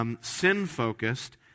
sin-focused